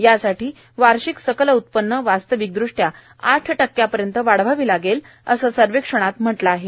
यासाठी वार्षिक सकल उत्पन्न वास्तविक दृष्ट्या आठ टक्क्यापर्यंत वाढवावी लागेल असं सर्वेक्षणात म्हटलं आहे